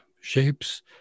shapes